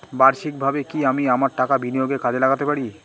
বার্ষিকভাবে কি আমি আমার টাকা বিনিয়োগে কাজে লাগাতে পারি?